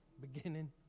beginning